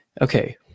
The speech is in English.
Okay